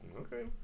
Okay